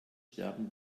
sterben